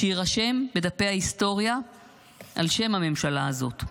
שיירשם בדפי ההיסטוריה על שם הממשלה הזאת.